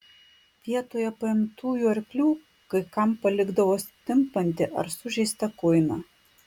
vietoje paimtųjų arklių kai kam palikdavo stimpantį ar sužeistą kuiną